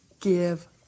give